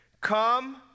Come